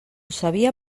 sabia